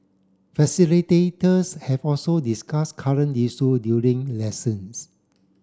facilitators have also discuss current issue during lessons